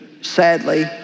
sadly